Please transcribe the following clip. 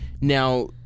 Now